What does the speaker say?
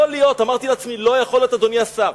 אמרתי לעצמי שלא יכול להיות, אדוני השר,